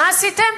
מה עשיתם?